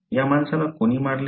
या माणसाला कोणी मारले